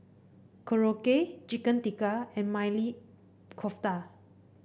Korokke Chicken Tikka and Maili Kofta